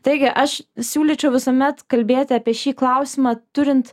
taigi aš siūlyčiau visuomet kalbėti apie šį klausimą turint